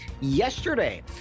Yesterday